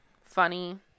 funny